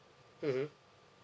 mmhmm